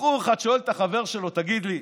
בחור אחד שואל את החבר שלו: תגיד לי,